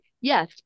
yes